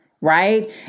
Right